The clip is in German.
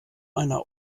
einer